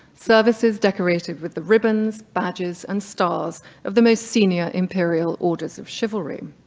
services decorated with the ribbons, badges and stars of the most senior imperial orders of chivalry.